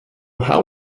how